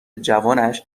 جوانش